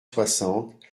soixante